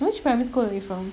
which primary school are you from